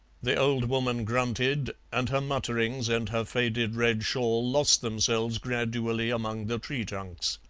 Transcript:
the old woman grunted, and her mutterings and her faded red shawl lost themselves gradually among the tree-trunks.